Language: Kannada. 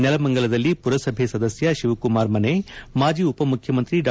ನೆಲಮಂಗಲದಲ್ಲಿ ಪುರಸಭೆ ಸದಸ್ಯ ಶಿವಕುಮಾರ್ ಮನೆ ಮಾಜಿ ಉಪಮುಖ್ಯಮಂತ್ರಿ ಡಾ